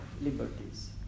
liberties